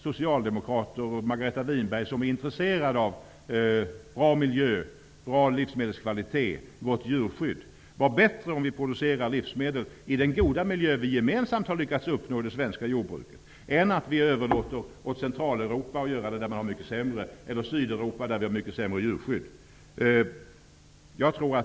Socialdemokraterna och Margareta Winberg, som är intresserade av bra miljö, bra livsmedelskvalitet och gott djurskydd, måste väl tycka att det är bättre att vi producerar livsmedel i den goda miljö vi gemensamt har lyckats uppnå i det svenska jordbruket, än att vi överlåter åt Central och Sydeuropa att göra det, där djurskyddet är mycket sämre.